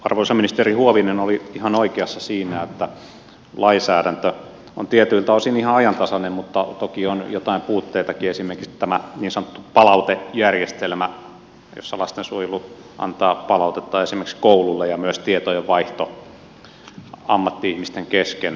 arvoisa ministeri huovinen oli ihan oikeassa siinä että lainsäädäntö on tietyiltä osin ihan ajantasainen mutta toki on jotain puutteitakin esimerkiksi tämä niin sanottu palautejärjestelmä jossa lastensuojelu antaa palautetta esimerkiksi koululle ja myös tietojenvaihto ammatti ihmisten kesken